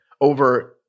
over